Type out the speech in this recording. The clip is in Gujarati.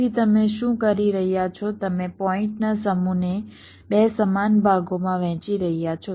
તેથી તમે શું કરી રહ્યા છો તમે પોઈન્ટના સમૂહને 2 સમાન ભાગોમાં વહેંચી રહ્યા છો